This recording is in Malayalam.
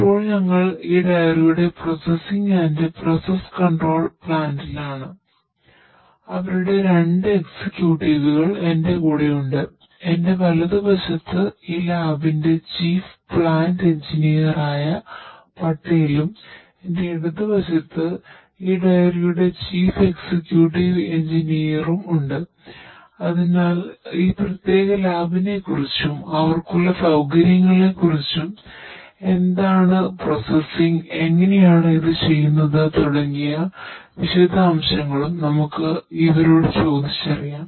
ഇപ്പോൾ ഞങ്ങൾ ഈ ഡയറിയുടെ പ്രോസസ്സിംഗ് ആൻഡ് പ്രോസസ് കൺട്രോൾ പ്ലാന്റിലാണ് എങ്ങനെയാണ് ഇത് ചെയ്യുന്നത് തുടങ്ങിയ എല്ലാ വിശദാംശങ്ങളും നമുക്ക് ഇവരോട് ചോദിച്ചറിയാം